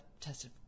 tested